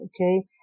okay